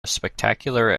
spectacular